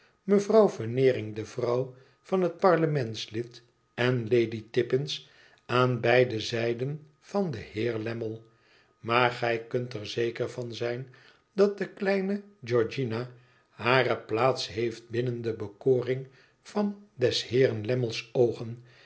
mevrouw veneering de vrouw van het parlementslid en lady tippins aan beide zijden van den heer lammie maar gij kunt er zeker van zijn dat de kleine georgianahare plaats heeft binnen de bekoring van des heeren lammle's oogen